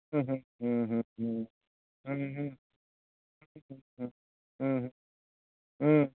ᱦᱩᱸ ᱦᱩᱸ ᱦᱩᱸ ᱦᱩᱸ ᱦᱩᱸ ᱦᱩᱸ ᱦᱩᱸ ᱦᱩᱸ ᱦᱩᱸ ᱦᱩᱸ ᱦᱩᱸ ᱦᱩᱸ